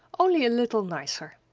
only a little nicer.